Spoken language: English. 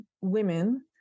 women